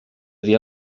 dir